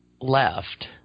left